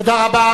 תודה רבה.